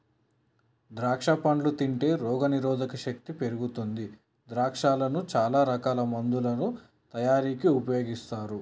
ద్రాక్షా పండ్లు తింటే రోగ నిరోధక శక్తి పెరుగుతుంది ద్రాక్షను చాల రకాల మందుల తయారీకి ఉపయోగిస్తుంటారు